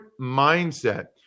mindset